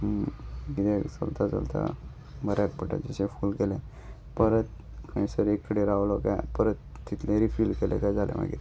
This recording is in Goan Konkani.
किद्या चलता चलता बऱ्याक पडटाशें फूल केलें परत खंयसर एक कडेन रावलो काय परत तितलें रिफील केले काय जालें मागीर